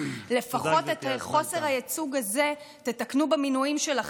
לפחות את חוסר הייצוג הזה תתקנו במינויים שלכם.